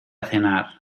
cenar